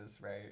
Right